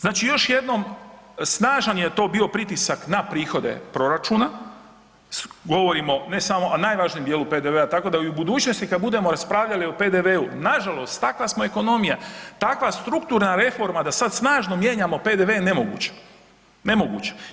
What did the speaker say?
Znači još jednom, snažan je to bio pritisak na prihode proračuna, govorimo, ne samo, a najvažnijem dijelu PDV-a, tako da i u budućnosti budemo raspravljali nažalost takva smo ekonomija, takva strukturna reforma da sada snažno mijenjamo PDV je nemoguća, nemoguća.